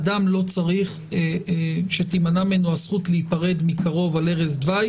אדם לא צריך שתימנע ממנו הזכות להיפרד מקרוב על ערש דווי